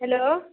hello